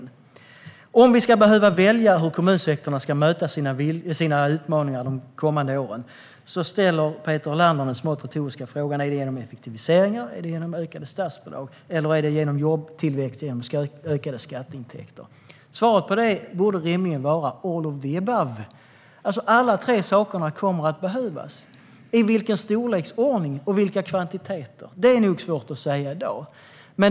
När det gäller om vi ska behöva välja hur kommunsektorn ska möta sina utmaningar under de kommande åren ställer Peter Helander den smått retoriska frågan: Är det genom effektiviseringar, ökade statsbidrag eller jobbtillväxt genom skatteintäkter? Svaret på det borde rimligen vara all of the above. Alla tre saker kommer att behövas, men i vilken storleksordning och i vilka kvantiteter är det nog svårt att säga i dag.